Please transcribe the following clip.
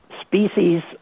species